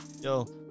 Yo